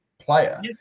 player